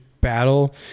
battle